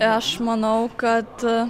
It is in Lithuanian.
aš manau kad